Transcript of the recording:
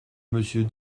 monsieur